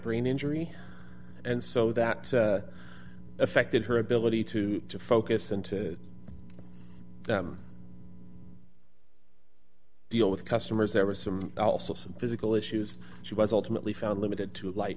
brain injury and so that affected her ability to focus and to them deal with customers there was some also some physical issues she was ultimately found limited to li